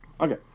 Okay